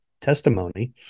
testimony